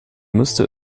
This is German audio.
müsste